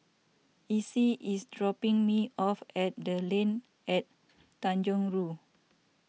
Isis is dropping me off at the Line At Tanjong Rhu